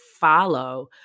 follow